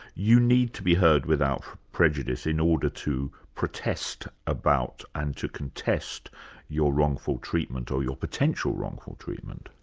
you need to be heard without prejudice in order to protest about and to contest your wrongful treatment or your potential wrongful treatment.